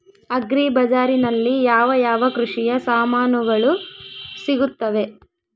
Agri ಬಜಾರಿನಲ್ಲಿ ಯಾವ ಯಾವ ಕೃಷಿಯ ಸಾಮಾನುಗಳು ಸಿಗುತ್ತವೆ?